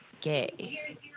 gay